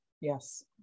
Yes